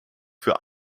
für